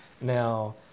Now